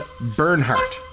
Bernhardt